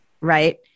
right